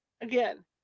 again